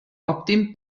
òptim